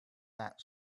that